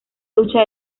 lucha